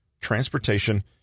transportation